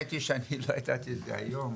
האמת שאני לא ידעתי על זה היום,